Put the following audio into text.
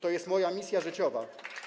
To jest moja misja życiowa.